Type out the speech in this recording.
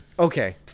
Okay